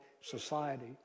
society